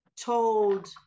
told